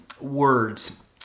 Words